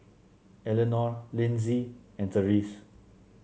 Elenore Linzy and Therese